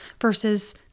versus